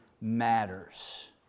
matters